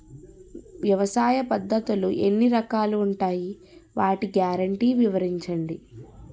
వ్యవసాయ పద్ధతులు ఎన్ని రకాలు ఉంటాయి? వాటి గ్యారంటీ వివరించండి?